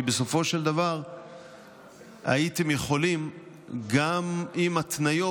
כי בסופו של דבר הייתם יכולים גם עם התניות,